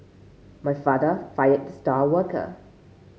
my father fired the star worker